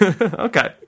Okay